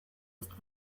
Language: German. ist